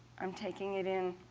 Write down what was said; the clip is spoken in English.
i'm taking it in,